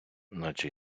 наче